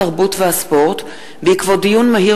התרבות והספורט בעקבות דיון מהיר